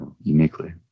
uniquely